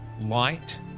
light